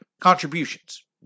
contributions